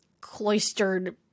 cloistered